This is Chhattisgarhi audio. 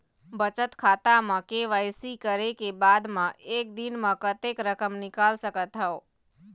बचत खाता म के.वाई.सी करे के बाद म एक दिन म कतेक रकम निकाल सकत हव?